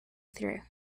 through